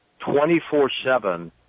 24-7